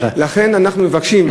לכן אנחנו מבקשים,